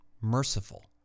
merciful